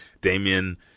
Damien